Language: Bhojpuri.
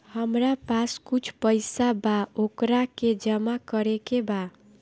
हमरा पास कुछ पईसा बा वोकरा के जमा करे के बा?